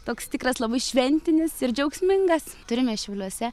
toks tikras labai šventinis ir džiaugsmingas turime šiauliuose